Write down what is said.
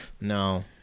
No